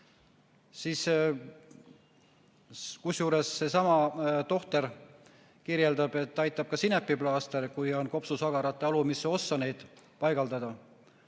Kusjuures seesama tohter kirjeldab, et aitab ka sinepiplaaster, kui seda kopsusagarate alumisse ossa paigaldada.